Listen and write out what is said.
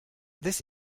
this